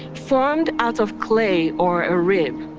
formed out of clay or a rib.